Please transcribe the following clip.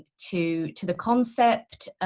to to the concept